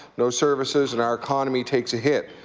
no services and our economy takes a hit.